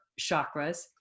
chakras